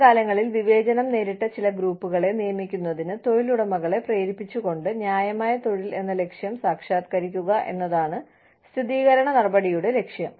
മുൻകാലങ്ങളിൽ വിവേചനം നേരിട്ട ചില ഗ്രൂപ്പുകളെ നിയമിക്കുന്നതിന് തൊഴിലുടമകളെ പ്രേരിപ്പിച്ചുകൊണ്ട് ന്യായമായ തൊഴിൽ എന്ന ലക്ഷ്യം സാക്ഷാത്കരിക്കുക എന്നതാണ് സ്ഥിരീകരണ നടപടിയുടെ ലക്ഷ്യം